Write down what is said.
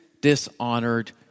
dishonored